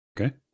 Okay